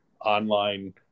online